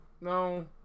No